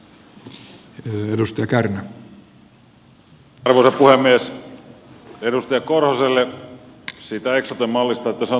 edustaja korhoselle siitä eksoten mallista